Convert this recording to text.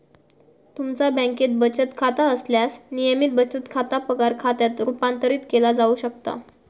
तुमचा बँकेत बचत खाता असल्यास, नियमित बचत खाता पगार खात्यात रूपांतरित केला जाऊ शकता